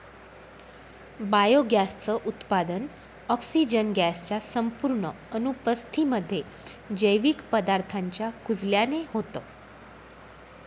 biogas च उत्पादन, oxygen gas च्या संपूर्ण अनुपस्थितीमध्ये, जैविक पदार्थांच्या कुजल्याने होतं